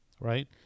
right